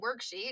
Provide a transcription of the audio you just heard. worksheet